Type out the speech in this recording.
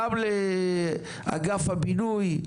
גם לאגף הבינוי,